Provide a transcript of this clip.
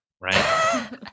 Right